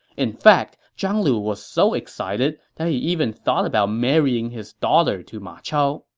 in fact, zhang lu was so excited that he even thought about marrying his daughter to ma chao.